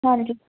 ਹਾਂਜੀ